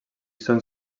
són